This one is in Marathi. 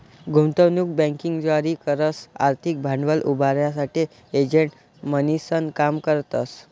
गुंतवणूक बँकिंग जारी करस आर्थिक भांडवल उभारासाठे एजंट म्हणीसन काम करतस